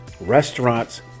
Restaurants